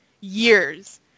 years